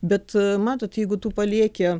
bet matot jeigu tu palieki